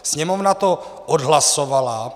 Sněmovna to odhlasovala.